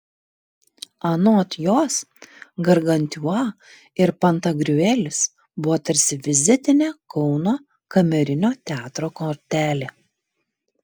anot jos gargantiua ir pantagriuelis buvo tarsi vizitinė kauno kamerinio teatro kortelė